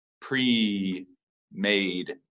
pre-made